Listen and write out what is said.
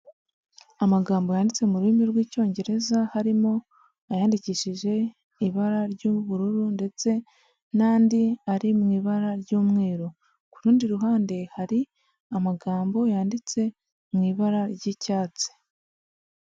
Amagambo yanditse mu rurimi rw'Icyongereza, harimo ayandikishije ibara ry'ubururu ndetse n'andi ari mu ibara ry'umweru. Ku rundi ruhande hari amagambo yanditse mu ibara ry'icyatsi.